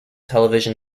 television